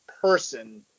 person